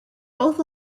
both